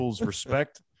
respect